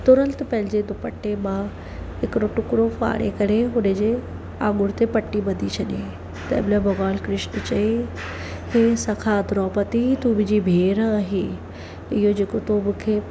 तुरंत पंहिंजे दुपट्टे मां हिकिड़ो टुकड़ो फाड़े करे हुन जे आङुर ते पटी बधी छॾियांइ तंहिंमहिल भॻवानु कृष्ण चयईं इहे सखा द्रौपदी तूं मुंहिंजी भेण आहीं इहो जेको तो मूंखे